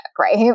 right